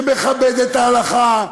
שמכבד את ההלכה,